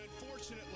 unfortunately